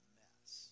mess